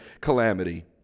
calamity